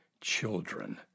children